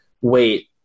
Wait